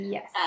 Yes